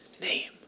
name